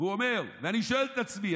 והוא אומר: אני שואל את עצמי,